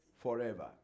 forever